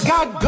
God